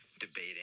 debating